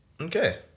okay